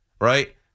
right